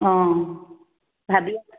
অঁ ভাবি